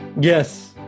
yes